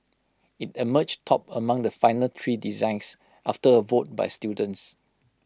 IT emerged top among the final three designs after A vote by students